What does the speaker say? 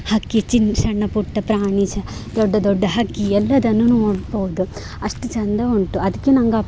ಹಕ್ಕಿ ಚಿನ್ ಸಣ್ಣ ಪುಟ್ಟ ಪ್ರಾಣಿ ಶ ದೊಡ್ಡ ದೊಡ್ಡ ಹಕ್ಕಿ ಎಲ್ಲದನ್ನು ನೋಡ್ಬೋದು ಅಷ್ಟು ಚಂದ ಉಂಟು ಅದಕ್ಕೆ ನಂಗೆ ಆ